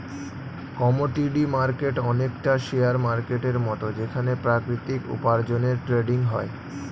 commodity market অনেকটা share মার্কেটের মত যেখানে প্রাকৃতিক উপার্জনের ট্রেডিং হয়